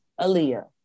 Aaliyah